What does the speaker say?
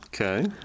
Okay